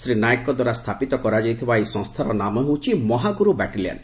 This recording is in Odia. ଶ୍ରୀ ନାୟକଙ୍କ ଦ୍ୱାରା ସ୍ଥାପିତ କରାଯାଇଥିବା ଏହି ସଂସ୍ଥାର ନାମ ହେଉଛି ମହାଗୁରୁ ବାଟାଲିୟନ୍